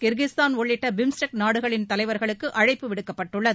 Kyrgyzstan உள்ளிட்ட BIMSTEC நாடுகளின் தலைவர்களுக்கு அழைப்பு விடுக்கப்பட்டுள்ளது